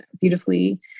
beautifully